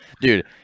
Dude